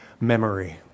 memory